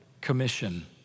commission